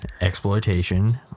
exploitation